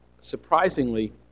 surprisingly